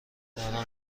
دارم